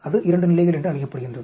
அது 2 நிலைகள் என்று அழைக்கப்படுகிறது